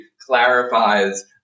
clarifies